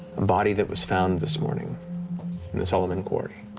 body that was found this morning in the solomon quarry,